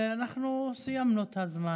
אנחנו סיימנו את הזמן.